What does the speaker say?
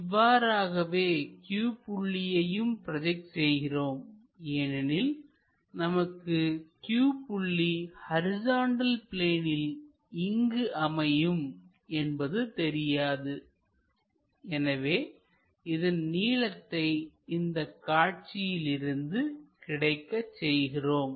இவ்வாறாகவே Q புள்ளியையும் project செய்கிறோம் ஏனெனில் நமக்கு Q புள்ளி ஹரிசாண்டல் பிளேனில் இங்கு அமையும் என்பது தெரியாது எனவே இதன் நீளத்தை இந்தக் காட்சியில் இருந்து கிடைக்கச் செய்கிறோம்